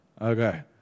Okay